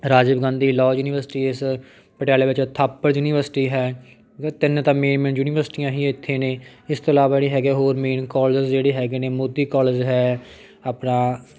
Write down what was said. Rajiv Gandhi law university ਇਸ ਪਟਿਆਲੇ ਵਿੱਚ ਥਾਪਰ ਯੂਨੀਵਰਸਿਟੀ ਹੈ ਤਿੰਨ ਤਾਂ ਮੇਨ ਮੇਨ ਯੂਨੀਵਰਸਿਟੀਆਂ ਹੀ ਇੱਥੇ ਨੇ ਇਸ ਤੋਂ ਇਲਾਵਾ ਜਿਹੜੀ ਹੈਗੀ ਆ ਹੋਰ ਮੇਨ ਕੋਲੇਜ ਜਿਹੜੇ ਹੈਗੇ ਨੇ ਮੋਤੀ ਕੋਲੇਜ ਹੈ ਆਪਣਾ